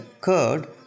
curd